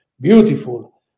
beautiful